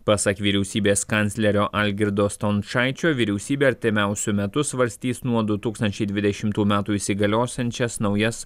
pasak vyriausybės kanclerio algirdo stončaičio vyriausybė artimiausiu metu svarstys nuo du tūkstančiai dvidešimtų metų įsigaliosiančias naujas